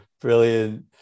Brilliant